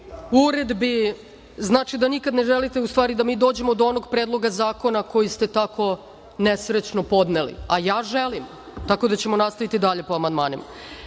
uredbi, znači da nikada ne želite ustvari da mi dođemo do onog predloga zakona koji ste tako nesrećno podneli, a ja želim, tako da ćemo nastaviti dalje po amandmanima. Na